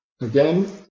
again